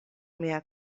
mia